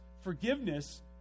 forgiveness